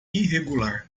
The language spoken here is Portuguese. irregular